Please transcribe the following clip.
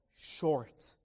short